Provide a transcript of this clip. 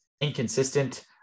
inconsistent